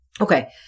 Okay